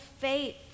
faith